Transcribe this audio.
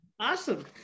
Awesome